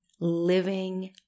living